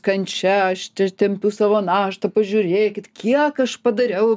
kančia aš čia tempiu savo naštą pažiūrėkit kiek aš padariau